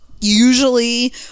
usually